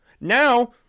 Now